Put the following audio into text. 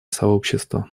сообщество